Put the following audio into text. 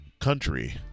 country